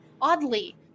oddly